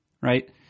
right